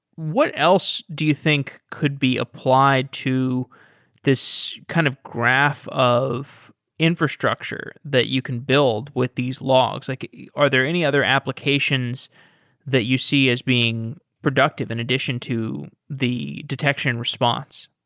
what else do you think could be applied to this kind of graph of infrastructure that you can build with these logs? like are there any other applications that you see as being productive in addition to the detection response?